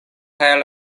kaj